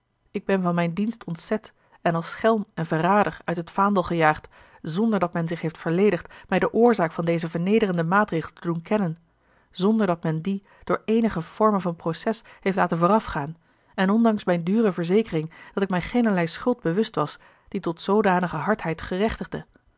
ik ben van mijn dienst ontzet en als schelm en verrader uit het vaandel gejaagd zonderdat men zich heeft verledigd mij de oorzaak van dezen vernederenden maatregel te doen kennen zonderdat men dien door eenige forme van proces heeft laten voorafgaan en ondanks mijne dure verzekering dat ik mij geenerlei schuld bewust was die tot zoodanige hardheid